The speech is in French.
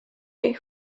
est